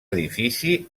edifici